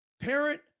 parent